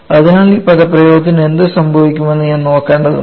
അതിനാൽ ഈ പദപ്രയോഗത്തിന് എന്ത് സംഭവിക്കുമെന്ന് ഞാൻ നോക്കേണ്ടതുണ്ട്